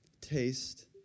taste